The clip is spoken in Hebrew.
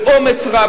באומץ רב.